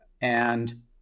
And-